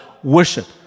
Worship